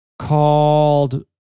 called